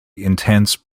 intense